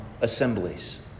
assemblies